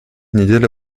неделя